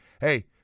Hey